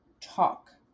talk